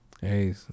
Hey